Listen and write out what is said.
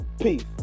Peace